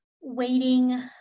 waiting